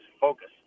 focus